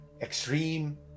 extreme